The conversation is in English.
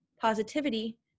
Positivity